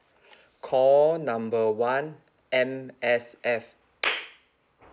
call number one M_S_F